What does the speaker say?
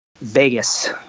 Vegas